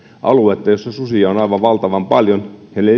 aluetta jolla susia on valtavan paljon